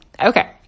Okay